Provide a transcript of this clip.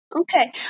Okay